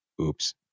Oops